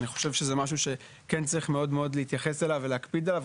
לכן אני חושב שזה משהו שצריך מאוד להקפיד עליו,